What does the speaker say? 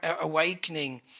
awakening